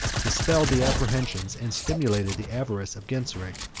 dispelled the apprehensions, and stimulated the avarice, of genseric.